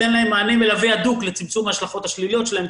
להם מענה מלווה הדוק לצמצום ההשלכות השליליות שלהם,